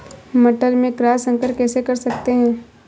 मटर में क्रॉस संकर कैसे कर सकते हैं?